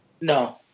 No